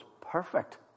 perfect